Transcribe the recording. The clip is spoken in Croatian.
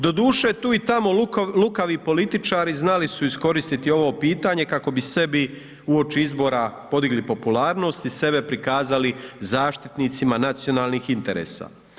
Doduše tu i tamo lukavi političari znali su iskoristiti ovo pitanje kako bi sebi uoči izbora podigli popularnost i sebe prikazali zaštitnicima nacionalnih interesa.